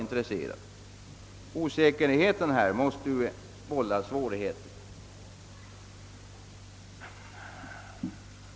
En sådan osäkerhet måste självfallet vålla svårigheter.